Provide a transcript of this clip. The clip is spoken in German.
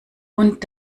und